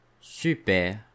super